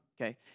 okay